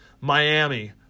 Miami